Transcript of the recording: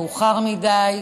מאוחר מדי.